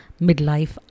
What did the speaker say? midlife